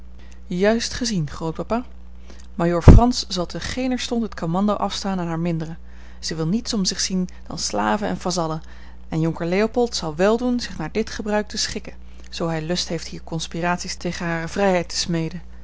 juist gezien grootpapa majoor frans zal te geener stond het commando afstaan aan haar mindere zij wil niets om zich zien dan slaven en vazallen en jonker leopold zal wel doen zich naar dit gebruik te schikken zoo hij lust heeft hier conspiraties tegen hare vrijheid te smeden